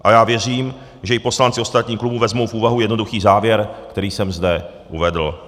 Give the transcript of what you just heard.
A já věřím, že i poslanci ostatních klubů vezmou v úvahu jednoduchý závěr, který jsem zde uvedl.